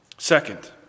Second